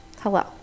hello